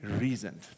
reasoned